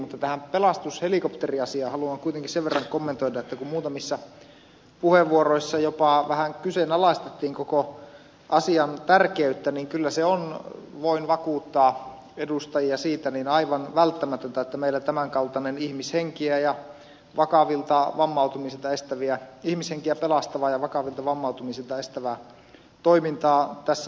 mutta tähän pelastushelikopteriasiaan haluan kuitenkin sen verran kommentoida että kun muutamissa puheenvuoroissa jopa vähän kyseenalaistettiin koko asian tärkeyttä niin kyllä se on voin vakuuttaa edustajat siitä aivan välttämätöntä että meillä tämänkaltaista ihmishenkiä pelastavaa ja vakavilta vammautumisilta estävää toimintaa tässä maassa on